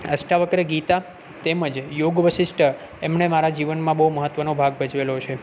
અષ્ટા વક્ર ગીતા તેમ જ યુગ વશિષ્ટ એમણે મારા જીવનમાં બહુ મહત્ત્વનો ભાગ ભજવેલો છે